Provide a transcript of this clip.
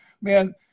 Man